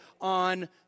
on